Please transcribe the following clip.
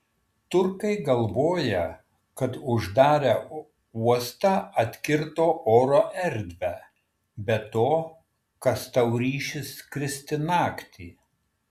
turkai galvoja kad uždarę uostą atkirto oro erdvę be to kas tau ryšis skristi naktį